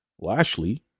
Lashley